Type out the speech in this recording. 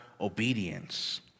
obedience